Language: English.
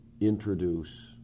introduce